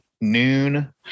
noon